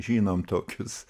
žinom tokius